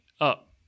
up